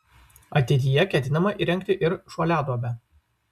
ateityje ketinama įrengti ir šuoliaduobę